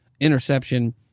interception